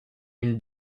une